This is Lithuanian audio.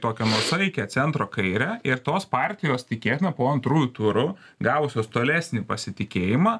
tokią nuosaikią centro kairę ir tos partijos tikėtina po antrųjų turų gavusios tolesnį pasitikėjimą